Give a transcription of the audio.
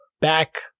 back